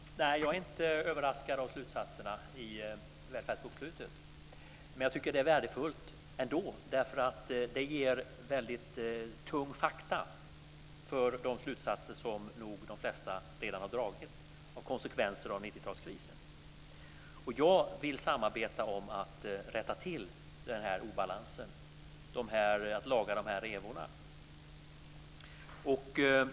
Herr talman! Nej, jag är inte överraskad av slutsatserna i Välfärdsbokslutet, men jag tycker ändå att de är värdefulla. Detta ger tung fakta när det gäller de slutsatser som de flesta nog redan har dragit av konsekvenserna av 90-talskrisen. Jag vill samarbeta kring att rätta till den här obalansen och laga de här revorna.